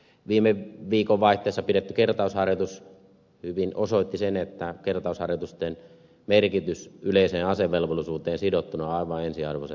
viime viikonvaihteessa pidetty kertausharjoitus hyvin osoitti sen että kertausharjoitusten merkitys yleiseen asevelvollisuuteen sidottuna on aivan ensiarvoisen tärkeä